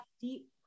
deep